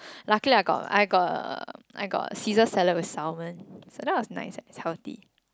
luckily I got I got I got ceaser salad with salmon salad was nice and healthy